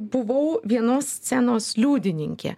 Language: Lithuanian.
buvau vienos scenos liudininkė